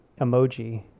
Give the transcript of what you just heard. emoji